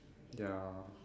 ya